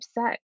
upset